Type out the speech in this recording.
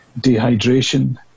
dehydration